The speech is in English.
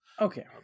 Okay